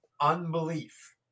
unbelief